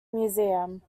museum